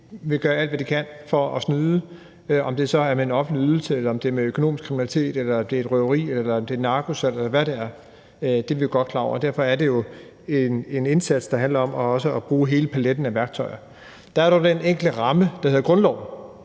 vil gøre alt, hvad de kan, for at snyde, om det så er med en offentlig ydelse eller det er med økonomisk kriminalitet, røveri eller narkosalg, eller hvad det er. Det er vi godt klar over. Derfor er det jo en indsats, der handler om at bruge hele paletten af værktøjer. Der er dog den enkle ramme, der hedder grundloven.